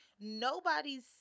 nobody's